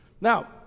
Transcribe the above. Now